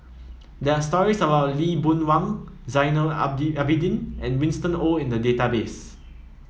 there are stories about Lee Boon Wang Zainal Abidi Abidin and Winston Oh in the database